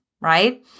right